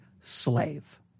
slave